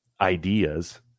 ideas